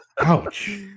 Ouch